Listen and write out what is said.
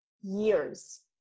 years